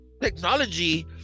technology